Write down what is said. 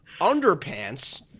underpants